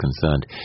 concerned